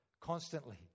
constantly